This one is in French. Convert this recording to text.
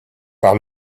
par